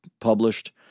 published